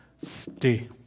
stay